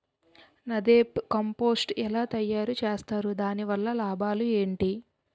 NADEP compost ఎలా తయారు చేస్తారు? దాని వల్ల లాభాలు ఏంటి?